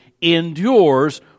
endures